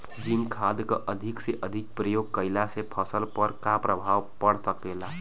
Zinc खाद क अधिक से अधिक प्रयोग कइला से फसल पर का प्रभाव पड़ सकेला?